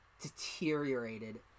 deteriorated